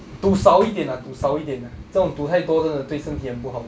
赌少一点 ah 赌少一点 ah 这种赌太多真的对身体很不好